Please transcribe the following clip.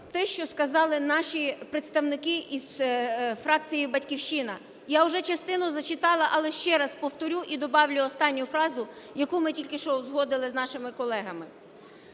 те, що сказали наші представники із фракції "Батьківщина", я вже частину зачитала, але ще раз повторю і добавлю останню фразу, яку ми тільки що узгодили з нашими колегами.